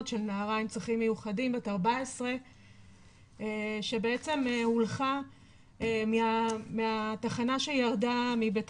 של נערה עם צרכים מיוחדים בת 14 שבעצם הולכה מהתחנה שהיא ירדה מבית